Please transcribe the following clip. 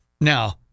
Now